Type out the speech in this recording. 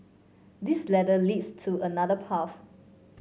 this ladder leads to another path